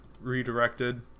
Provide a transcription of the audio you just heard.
redirected